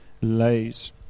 lays